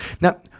Now